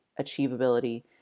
Achievability